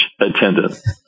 attendance